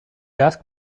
ask